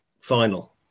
final